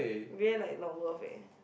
really like not worth eh